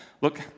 look